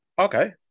okay